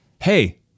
hey